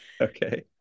Okay